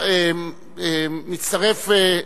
איסור פרסום מודעות תמיכה בבעל תפקיד ציבורי),